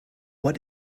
what